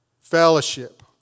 fellowship